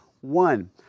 One